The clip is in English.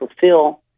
fulfill